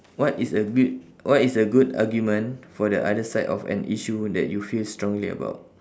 what is a good what is a good argument for the other side of an issue that you feel strongly about